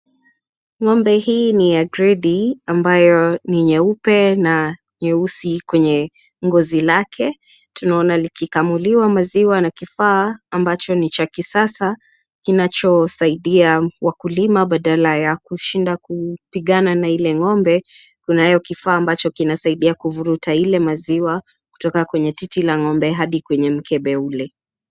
Ng'ombe hii ni ya gredi ambayo ni nyeupe na nyeusi kwenye ngozi lake. Tunaona likikamuliwa maziwa na kifaa ambacho ni cha kisasa kinachosaidia wakulima badala ya kushinda kupigana na ile ng'ombe. Kunayo kifaa ambayo kinasaidia kuvuta ile maziwa kutoka titi la ng'ombe hadi kwenye mkebe ule.